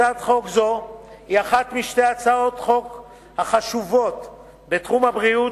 הצעת חוק זו היא אחת משתי הצעות חוק חשובות בתחום הבריאות